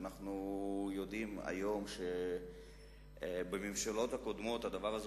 ואנחנו יודעים היום שבממשלות הקודמות הדבר הזה